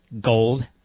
gold